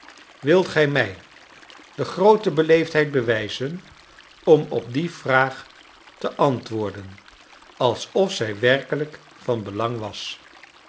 wilt gij mij de groote beleefdheid bewijzen om op die vraag te antwoorden alsof zij werkelijk van belang was